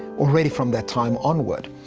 already from that time onward.